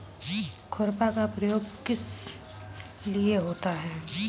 खुरपा का प्रयोग किस लिए होता है?